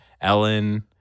Ellen